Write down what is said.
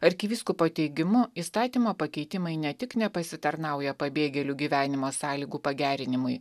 arkivyskupo teigimu įstatymo pakeitimai ne tik nepasitarnauja pabėgėlių gyvenimo sąlygų pagerinimui